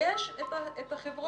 ויש את החברות